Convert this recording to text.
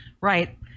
Right